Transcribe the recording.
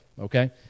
okay